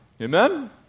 Amen